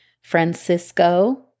Francisco